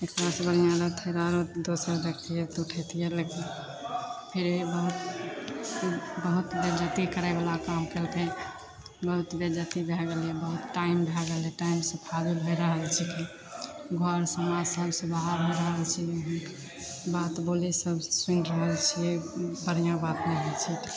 एकरासे बढ़िआँ रहितै रहै आओर दोसर देखतिए लेकिन फिर भी बहुत बहुत बेज्जती करैवला काम कएलकै बहुत बेज्जती भै गेलै बहुत टाइम भै गेलै टाइमसे फाजिल होइ रहल छै घर समाज सबसे बाहर होइ रहल छिए बात बोलै सब सुनि रहल छिए बढ़िआँ बात नहि होइ छै